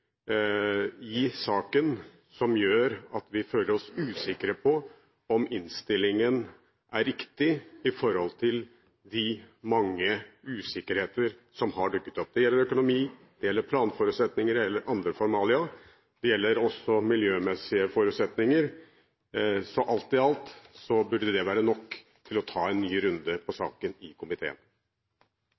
i saken som gjør at vi føler oss usikre på om innstillingen er riktig i forhold til de mange usikkerheter som har dukket opp. Det gjelder økonomi, det gjelder planforutsetninger, det gjelder andre formalia, og det gjelder også miljømessige forutsetninger. Alt i alt burde dette være nok til å ta en ny runde på saken i komiteen.